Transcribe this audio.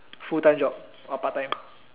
full time job or part time